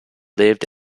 lived